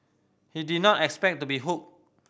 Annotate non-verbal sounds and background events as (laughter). he did not expect to be hooked (noise)